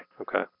Okay